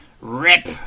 rip